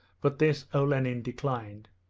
but this olenin declined.